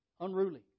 Unruly